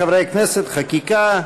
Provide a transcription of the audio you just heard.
חברי הכנסת, חקיקה.